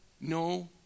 no